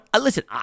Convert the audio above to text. Listen